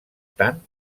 tant